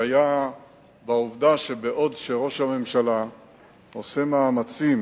היה בעובדה שבעוד ראש הממשלה עושה מאמצים